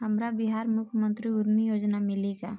हमरा बिहार मुख्यमंत्री उद्यमी योजना मिली का?